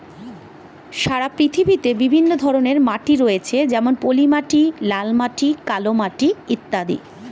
সারা পৃথিবীতে বিভিন্ন ধরনের মাটি রয়েছে যেমন পলিমাটি, লাল মাটি, কালো মাটি ইত্যাদি